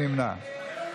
מי נמנע?